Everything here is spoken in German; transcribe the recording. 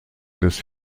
des